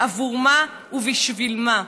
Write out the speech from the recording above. עבור מה ובשביל מה?